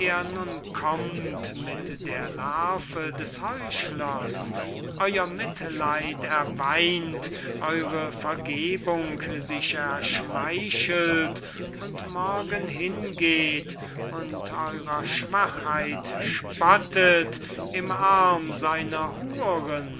kommt mit der larve des heuchlers euer mitleid erweint eure vergebung sich erschmeichelt und morgen hingeht und eurer schwachheit spottet im arm seiner huren